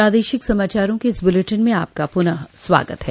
प्रादेशिक समाचारों के इस बुलेटिन में आपका फिर से स्वागत है